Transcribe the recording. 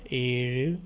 ഏഴ്